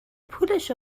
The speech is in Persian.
پولش